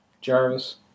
Jarvis